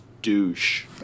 douche